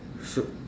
so